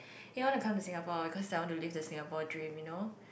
You want to come to Singapore because I want to live the Singapore dream you know